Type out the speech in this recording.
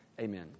Amen